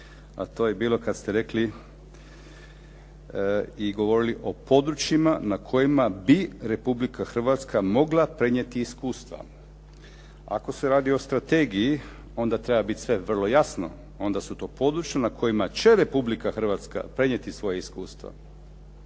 to je bilo kad ste rekli i govorili o područjima na kojima bi Republika Hrvatska mogla prenijeti iskustva. Ako se radi o strategiji onda treba biti vrlo jasno, onda su to područja na kojima će Republika Hrvatska prenijeti svoje iskustvo.